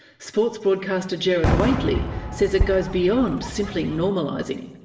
sports broadcaster gerard whateley says it goes beyond simply normalising.